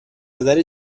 نظر